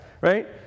right